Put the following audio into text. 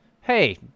Hey